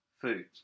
food